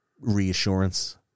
reassurance